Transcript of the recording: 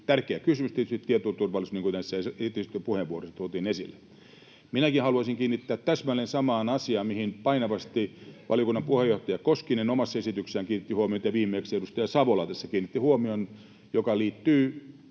näissä esitetyissä puheenvuoroissa tuotiin esille. Minäkin haluaisin kiinnittää huomiota täsmälleen samaan asiaan, mihin painavasti valiokunnan puheenjohtaja Koskinen omassa esityksessään kiinnitti huomiota, ja viimeksi edustaja Savola tässä kiinnitti huomion asiaan, joka liittyy